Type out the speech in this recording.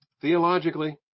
theologically